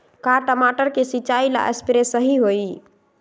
का टमाटर के सिचाई ला सप्रे सही होई?